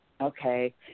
okay